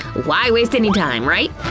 why waste any time, right?